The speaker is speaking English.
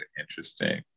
interesting